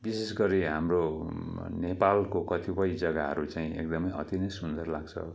विशेष गरी हाम्रो नेपालको कतिपय जगाहरू चाहिँ एकदमै अति नै सुन्दर लाग्छ